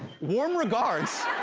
warm regards?